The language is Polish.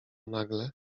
nagle